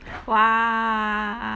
!wah!